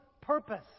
purpose